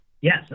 Yes